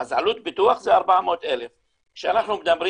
אז עלות פיתוח זה 400,000. כשאנחנו מדברים